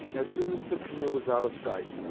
as soon as the canoe was out of sight,